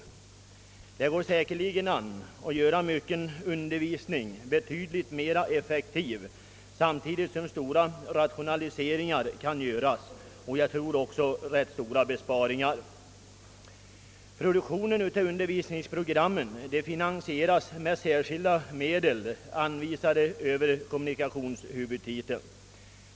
Undervisningen kan säkerligen i många fall göras betydligt effektivare med hjälp av TV samtidigt som stora rationaliseringar och, tror jag, även stora besparingar kan åstadkommas. Produktionen av undervisningsprogrammen finansieras med särskilda medel, anvisade över kommunikationshuvudtiteln.